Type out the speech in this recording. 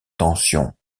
tension